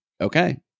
okay